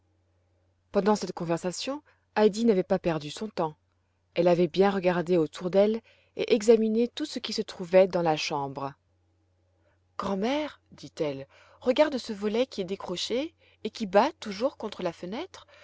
pendant cette conversation heidi n'avait pas perdu son temps elle avait bien regardé autour d'elle et examiné tout ce qui se trouvait dans la chambre grand'mère dit elle regarde ce volet qui est décroché et qui bat toujours contre la fenêtre